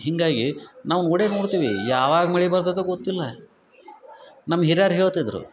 ಹೀಗಾಗಿ ನಾವು ನೋಡೇ ನೋಡ್ತೀವಿ ಯಾವಾಗ ಮಳೆ ಬರ್ತೈತೊ ಗೊತ್ತಿಲ್ಲ ನಮ್ಮ ಹಿರಿಯರು ಹೇಳ್ತಿದ್ರೆ